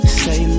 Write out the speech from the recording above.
say